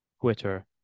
Twitter